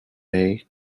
may